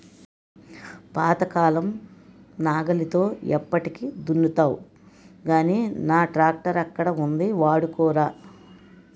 పాతకాలం నాగలితో ఎప్పటికి దున్నుతావ్ గానీ నా ట్రాక్టరక్కడ ఉంది వాడుకోరా